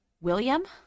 william